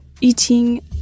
Eating